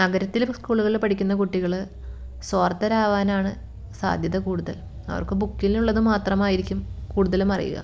നഗരത്തിൽ ഇപ്പം സ്കൂളുകളിൽ പഠിക്കുന്ന കുട്ടികൾ സ്വാർത്ഥർ ആവാനാണ് സാധ്യത കൂടുതൽ അവർക്ക് ബുക്കിൽ ഉള്ളത് മാത്രമായിരിക്കും കൂടുതലും അറിയുക